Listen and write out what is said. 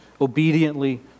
obediently